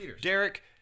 Derek